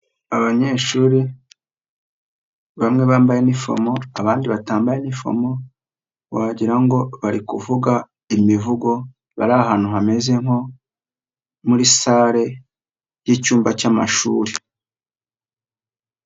Abanyeshuri bamwe bambaye inifomo abandi batambaye inifomo, wagirango ngo bari kuvuga imivugo, bari ahantu hameze nko muri salle y'icyumba cy'amashuri.